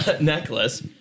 necklace